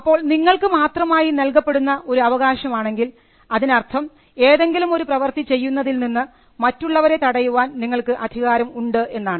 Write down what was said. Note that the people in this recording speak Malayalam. അപ്പോൾ നിങ്ങൾക്ക് മാത്രമായി നൽകപ്പെടുന്ന ഒരു അവകാശം ആണെങ്കിൽ അതിനർത്ഥം ഏതെങ്കിലും ഒരു പ്രവർത്തി ചെയ്യുന്നതിൽനിന്ന് മറ്റുള്ളവരെ തടയുവാൻ നിങ്ങൾക്ക് അധികാരം ഉണ്ട് എന്നാണ്